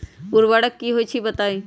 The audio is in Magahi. उर्वरक की होई छई बताई?